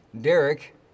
Derek